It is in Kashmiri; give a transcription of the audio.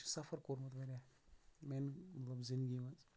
سَفر کوٚرمُت واریاہ میانہ مطلب زندگی منٛز